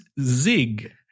ZIG